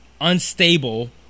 unstable